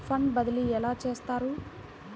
Fund బదిలీ ఎలా చేస్తారు?